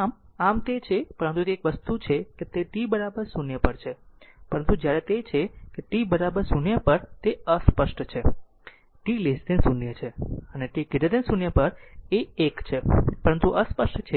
આમ આમ તે છે પરંતુ તે એક વસ્તુ છે તે t 0 પર છે પરંતુ જ્યારે તે છે t 0 પર તે અસ્પષ્ટ છે તે 0 t 0 છે 0 t 0 એ 1 છે પરંતુ અસ્પષ્ટ